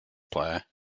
player